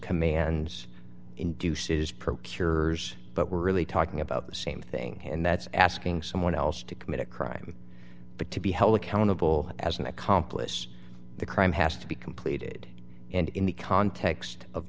commands induces procures but we're really talking about the same thing and that's asking someone else to commit a crime but to be held accountable as an accomplice the crime has to be completed and in the context of